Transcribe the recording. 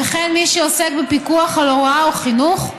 וכן מי שעוסק בפיקוח על הוראה או חינוך".